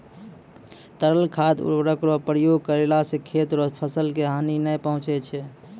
तरल खाद उर्वरक रो प्रयोग करला से खेत रो फसल के हानी नै पहुँचय छै